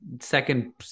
second